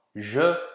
Je